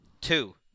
Two